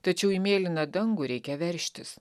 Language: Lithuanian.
tačiau į mėlyną dangų reikia veržtis